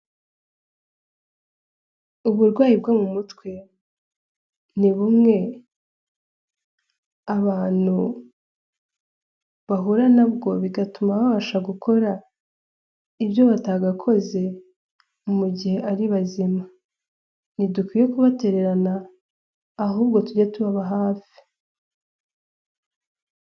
Uburwayi bwo mu mutwe, ni bumwe abantu bahura nabwo, bigatuma babasha gukora ibyo batagakoze, mu gihe ari bazima, ntidukwiye kubatererana ahubwo tujye tubaba hafi.